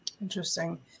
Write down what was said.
Interesting